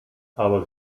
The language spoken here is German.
aber